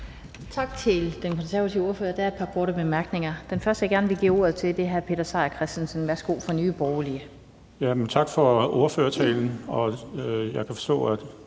Tak til den konservative ordfører. Der er et par korte bemærkninger. Den første, jeg gerne vil give ordet til, er hr. Peter Seier Christensen fra Nye Borgerlige. Værsgo. Kl.